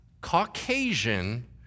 caucasian